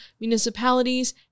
municipalities